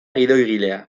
gidoigilea